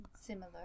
similar